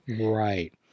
Right